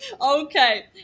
okay